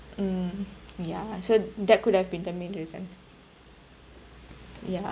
mm ya so that could have been the main reason ya